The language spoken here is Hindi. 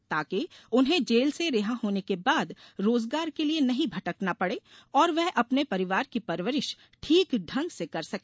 ताकि उन्हें जेल से रिहा होने के बाद रोजगार के लिए नहीं भटकना पड़े और वे अपने परिवार की परवरिश ठीक ढंग से कर सके